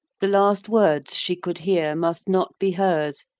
the last words she could hear must not be hers,